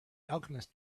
alchemist